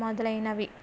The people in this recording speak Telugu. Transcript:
మొదలైనవి